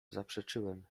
zaprzeczyłem